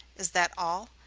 is that all?